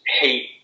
hate